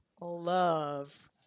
love